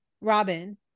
Robin